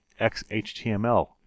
XHTML